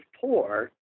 poor